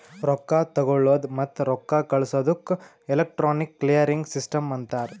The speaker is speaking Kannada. ರೊಕ್ಕಾ ತಗೊಳದ್ ಮತ್ತ ರೊಕ್ಕಾ ಕಳ್ಸದುಕ್ ಎಲೆಕ್ಟ್ರಾನಿಕ್ ಕ್ಲಿಯರಿಂಗ್ ಸಿಸ್ಟಮ್ ಅಂತಾರ್